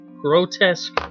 grotesque